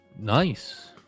Nice